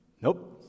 Nope